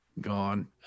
Gone